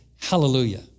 hallelujah